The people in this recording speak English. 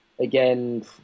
again